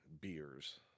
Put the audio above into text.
beers